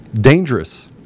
Dangerous